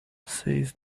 says